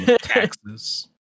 taxes